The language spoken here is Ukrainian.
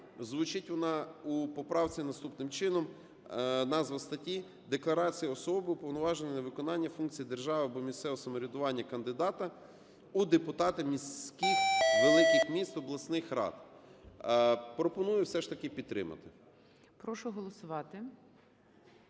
звучить вона у поправці наступним чином. Назва статті: "Декларація особи, уповноваженої на виконання функції держави або місцевого самоврядування кандидата у депутати міських (великих міст), обласних рад". Пропоную все ж таки підтримати. ГОЛОВУЮЧИЙ. Прошу голосувати.